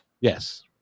Yes